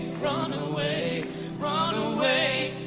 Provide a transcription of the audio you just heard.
run and away run away